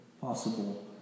possible